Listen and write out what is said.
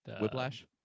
Whiplash